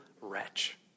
wretch